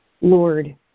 Lord